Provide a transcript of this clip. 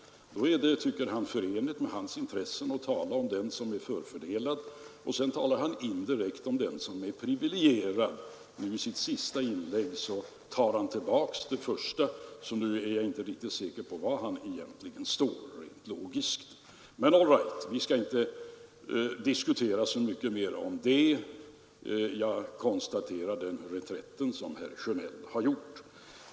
Då är det, tycker han, förenligt med hans intressen att tala om den som är förfördelad, och sedan tala indirekt om den som är privilegierad. Nu i sitt senaste inlägg tar han tillbaka det första, så nu är jag inte riktigt säker på var han egentligen står, rent logiskt. Men all right, vi skall inte diskutera mycket mer om det. Jag konstaterar den reträtt som herr Sjönell har gjort.